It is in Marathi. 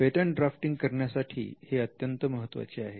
पेटंट ड्राफ्टिंग करण्यासाठी हे अत्यंत महत्त्वाचे आहे